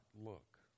look